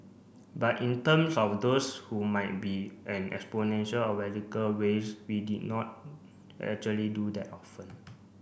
but in terms of those who might be exponential or radical ways we did not actually do that often